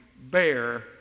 bear